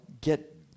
get